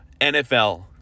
NFL